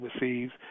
receives